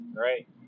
Right